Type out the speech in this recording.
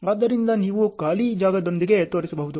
ಆದ್ದರಿಂದ ನೀವು ಖಾಲಿ ಜಾಗದೊಂದಿಗೆ ತೋರಿಸಬಹುದು